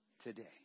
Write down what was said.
today